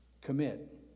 commit